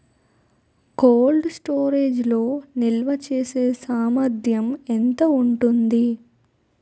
Cold storage లో నిల్వచేసేసామర్థ్యం ఎంత ఉంటుంది?